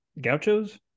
Gauchos